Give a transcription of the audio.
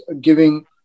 giving